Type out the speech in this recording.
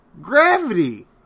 Gravity